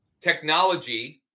technology